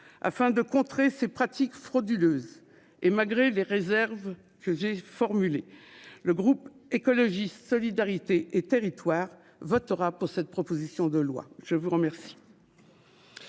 afin de contrer ces pratiques frauduleuses et malgré les réserves que j'ai formulé le groupe écologiste solidarité et territoires votera pour cette proposition de loi, je vous remercie.